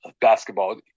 basketball